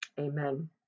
Amen